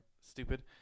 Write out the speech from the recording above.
stupid